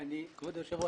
כבוד היושב ראש,